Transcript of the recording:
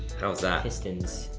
how was that? pistons?